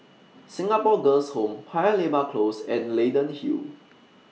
Singapore Girls' Home Paya Lebar Close and Leyden Hill